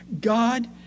God